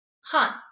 Hunt